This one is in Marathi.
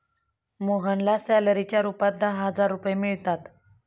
मोहनला सॅलरीच्या रूपात दहा हजार रुपये मिळतात